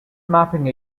mapping